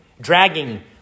dragging